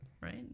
Right